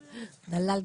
דלל)